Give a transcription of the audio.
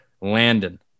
Landon